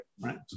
right